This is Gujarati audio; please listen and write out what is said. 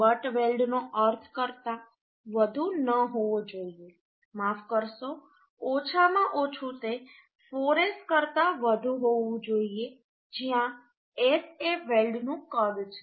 બટ વેલ્ડનો અર્થ કરતાં વધુ ન હોવો જોઈએ માફ કરશો ઓછામાં ઓછું તે 4S કરતાં વધુ હોવું જોઈએ જ્યાં S એ વેલ્ડનું કદ છે